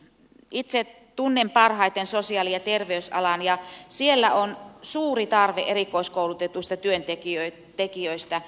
itse tunnen parhaiten sosiaali ja terveysalan ja siellä on suuri tarve erikoiskoulutetuista työntekijöistä